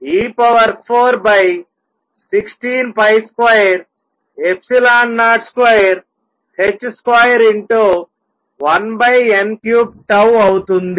అది mZ2e416202h21n3 అవుతుంది